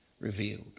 revealed